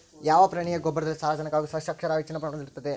ಯಾವ ಪ್ರಾಣಿಯ ಗೊಬ್ಬರದಲ್ಲಿ ಸಾರಜನಕ ಹಾಗೂ ಸಸ್ಯಕ್ಷಾರ ಹೆಚ್ಚಿನ ಪ್ರಮಾಣದಲ್ಲಿರುತ್ತದೆ?